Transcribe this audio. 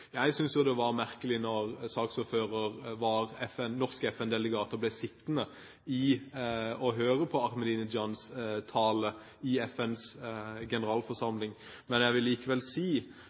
Jeg syntes jo det var merkelig da saksordføreren var norsk FN-delegat og ble sittende og høre på Ahmadinejads tale i FNs generalforsamling. Jeg vil likevel si